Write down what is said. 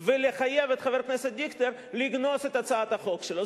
ולחייב את חבר הכנסת דיכטר לגנוז את הצעת החוק שלו.